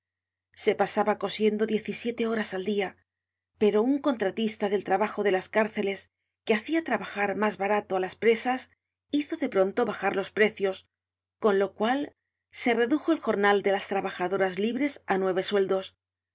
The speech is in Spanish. se pasaba cosiendo diez y siete horas al dia pero un contratista del trabajo de las cárceles que hacia trabajar mas barato á las presas hizo de pronto bajar los precios con lo cual se redujo el jornal de las trabajadoras libres á nueve sueldos diez